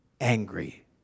angry